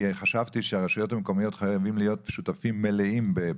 כי חשבתי שהרשויות המקומיות חייבים להיות שותפים מלאים.